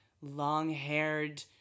long-haired